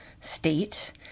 state